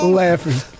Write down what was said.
laughing